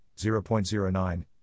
0.09